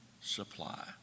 supply